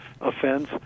offense